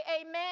amen